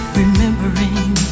remembering